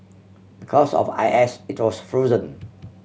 because of I S it was frozen